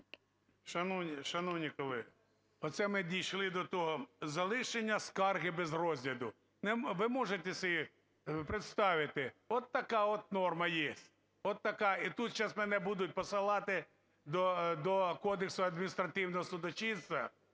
Шановні колеги, оце ми дійшли до того: залишення скарги без розгляду. Ви можете собі представити от така от норма є. От така. І тут зараз будуть посилати до Кодексу адміністративного судочинства